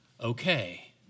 okay